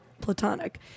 platonic